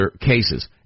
cases